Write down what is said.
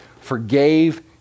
forgave